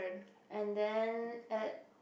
and then at